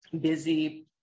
busy